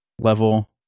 level